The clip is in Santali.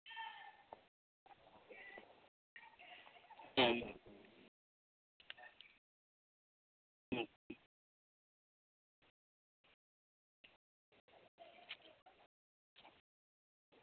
ᱦᱩᱸ